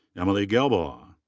emily gelbaugh.